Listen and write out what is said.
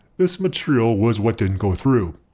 this material was what didn't go through.